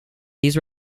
these